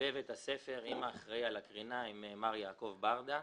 בבית הספר עם האחראי על הקרינה, עם מר יעקב ברדא,